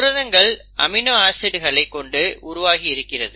புரதங்கள் அமினோ ஆசிட்களை கொண்டு உருவாகி இருக்கிறது